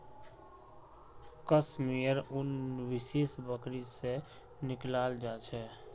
कश मेयर उन विशेष बकरी से निकलाल जा छे